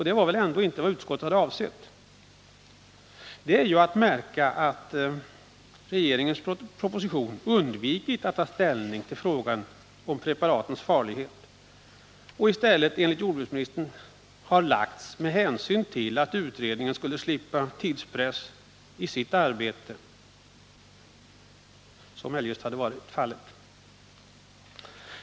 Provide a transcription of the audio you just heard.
Det var väl knappast vad utskottet hade avsett. Det är ju att märka att regeringens proposition undvikit att ta ställning till frågan om preparatens farlighet. Propositionen har i stället enligt jordbruksministern lagts fram med hänsyn till att utredningen skulle slippa den tidspress i sitt arbete som den eljest hade varit utsatt för.